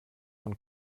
von